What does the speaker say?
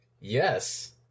Yes